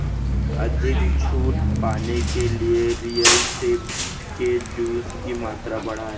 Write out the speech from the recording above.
अधिक छूट पाने के लिए रियल सेब के जूस की मात्रा बढ़ाएँ